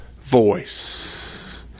voice